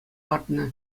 лартнӑ